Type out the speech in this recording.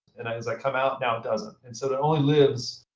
and as i come out, now it doesn't. and so it only lives